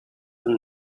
and